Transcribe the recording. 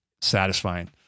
satisfying